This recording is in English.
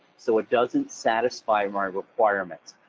so it doesn't satisfy my requirements.